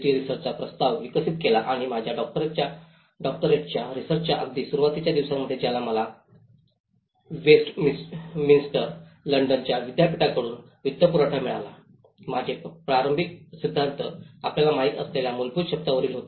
D रिसर्चाचा प्रस्ताव विकसित केला आणि माझ्या डॉक्टरेटच्या रिसर्चाच्या अगदी सुरुवातीच्या दिवसांमध्ये ज्याला मला वेस्टमिन्स्टर लंडन त्याच विद्यापीठाकडून वित्तपुरवठा मिळाला माझे प्रारंभिक सिद्धांत आपल्याला माहित असलेल्या मूलभूत शब्दावलीत होते